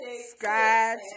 Scratch